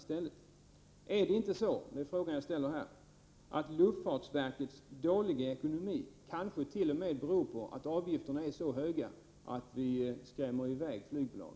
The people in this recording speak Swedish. Kan inte luftfartsverkets dåliga ekonomi i själva verket bero på att avgifterna är så höga att vi skrämmer i väg flygbolag?